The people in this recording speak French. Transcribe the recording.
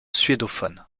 suédophone